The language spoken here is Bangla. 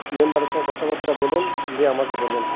মেম্বারের সঙ্গে কথাবার্তা বলুন দিয়ে আমাকে বলুন